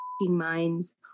minds